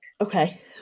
Okay